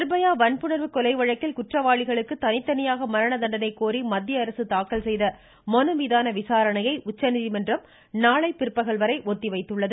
நிர்பயா வன்புணர்வு கொலை வழக்கில் குற்றவாளிகளுக்கு தனித்தனியாக மரண தண்டனை கோரி மத்திய அரசு தாக்கல் செய்த மனுமீதான விசாரணையை உச்சநீதிமன்றம் நாளை பிற்பகல்வரை ஒத்திவைத்துள்ளது